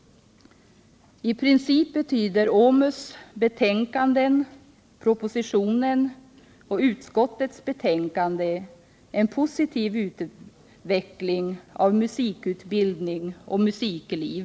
I princip kommer OMUS betänkanden, propositionen och utskottets betänkande att leda till en positiv utveckling av musikutbildning och musikliv.